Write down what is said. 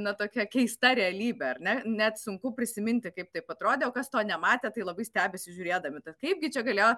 na tokia keista realybė ar ne net sunku prisiminti kaip taip atrodė o kas to nematė tai labai stebisi žiūrėdami tad kaipgi čia galėjo